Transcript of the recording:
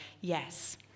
yes